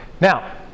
now